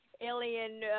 alien